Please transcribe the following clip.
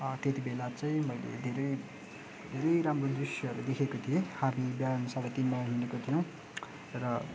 त्यति बेला चाहिँ मैले धेरै धेरै राम्रो दृश्यहरू देखेको थिएँ हामी बिहान साढे तिनमा हिँडेको थियौँ र